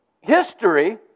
history